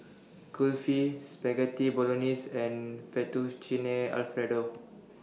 Kulfi Spaghetti Bolognese and Fettuccine Alfredo